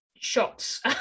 shots